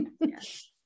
Yes